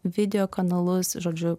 video kanalus žodžiu